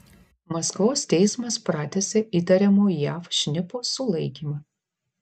maskvos teismas pratęsė įtariamo jav šnipo sulaikymą